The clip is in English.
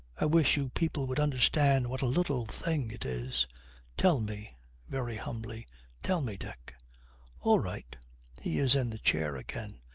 i wish you people would understand what a little thing it is tell me very humbly tell me, dick all right he is in the chair again.